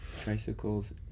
Tricycles